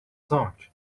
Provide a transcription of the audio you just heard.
sunk